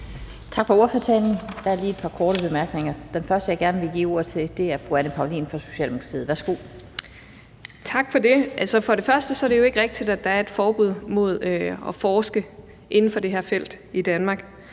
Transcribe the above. Tak for ordførertalen. Der er lige et par korte bemærkninger. Den første, jeg gerne vil give ordet til, er fru Anne Paulin fra Socialdemokratiet. Værsgo. Kl. 11:39 Anne Paulin (S): Tak for det. For det første er det jo ikke rigtigt, at der er et forbud mod at forske inden for det her felt i Danmark.